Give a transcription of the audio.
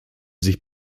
sich